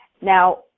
Now